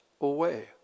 away